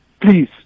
please